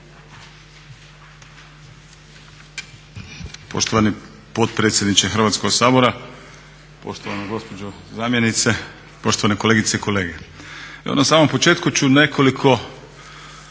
Poštovani potpredsjedniče Hrvatskog sabora, poštovana gospođo zamjenice, poštovane kolegice i kolege. Evo na samom početku ću nekoliko